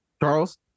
Charles